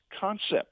concept